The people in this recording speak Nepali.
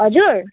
हजुर